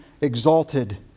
exalted